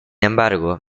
embargo